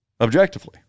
Objectively